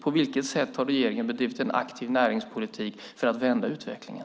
På vilket sätt har regeringen bedrivit en aktiv näringspolitik för att vända utvecklingen?